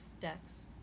decks